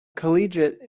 collegiate